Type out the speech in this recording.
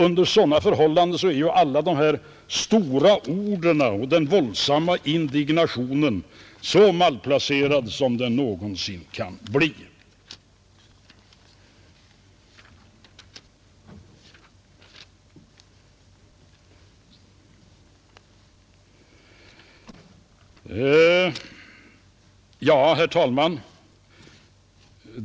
Under sådana förhållanden är den våldsamma indignationen så malplacerad som den någonsin kan bli. Herr talman!